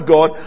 God